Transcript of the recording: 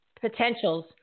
potentials